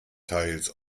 teils